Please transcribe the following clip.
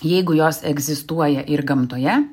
jeigu jos egzistuoja ir gamtoje